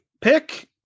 pick